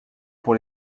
pour